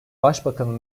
başbakanın